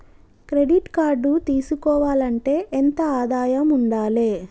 Credit card తీసుకోవాలంటే ఎంత ఆదాయం ఉండాలే?